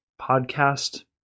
podcast